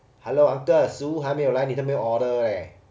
hello uncle 食物还没有来你都没有 order leh